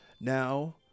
Now